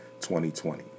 2020